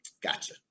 gotcha